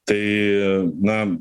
tai na